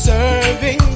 Serving